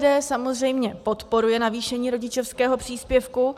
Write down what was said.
SPD samozřejmě podporuje navýšení rodičovského příspěvku.